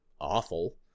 awful